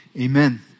amen